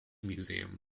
museum